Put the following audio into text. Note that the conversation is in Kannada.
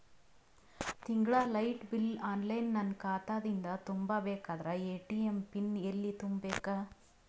ತಿಂಗಳ ಲೈಟ ಬಿಲ್ ಆನ್ಲೈನ್ ನನ್ನ ಖಾತಾ ದಿಂದ ತುಂಬಾ ಬೇಕಾದರ ಎ.ಟಿ.ಎಂ ಪಿನ್ ಎಲ್ಲಿ ತುಂಬೇಕ?